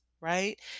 right